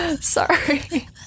sorry